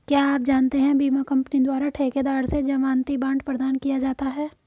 क्या आप जानते है बीमा कंपनी द्वारा ठेकेदार से ज़मानती बॉण्ड प्रदान किया जाता है?